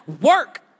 work